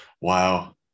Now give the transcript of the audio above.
Wow